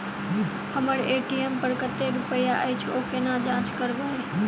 हम्मर ए.टी.एम पर कतेक रुपया अछि, ओ कोना जाँच करबै?